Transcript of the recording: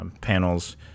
Panels